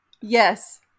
yes